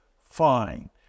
fine